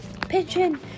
pigeon